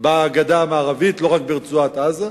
בגדה המערבית, לא רק ברצועת-עזה.